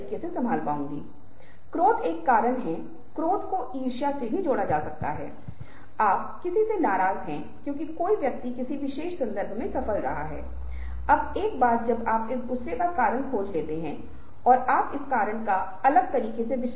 तो स्पष्ट रूप से आप कह सकते हैं कि आप जिस तरह की उपमा का उपयोग करते हैं जाहिर है कि यह वास्तव में एक मुखौटा नहीं है लेकिन यह कहने के लिए सिर्फ एक सादृश्य है कि या आप भूमिका निभा सकते हैं या जिसे आप इसे कहते हैं विभिन्न प्रकार की परिस्थितियों में विभिन्न प्रकार के साथ हम लोगों को विभिन्न तरीकों से समझाते हैं